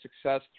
success